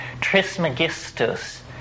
Trismegistus